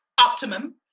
optimum